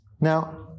Now